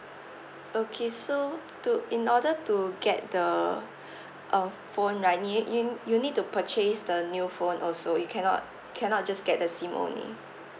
okay so to in order to get the uh phone right you need you you need to purchase the new phone also you cannot cannot just get the SIM only